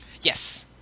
yes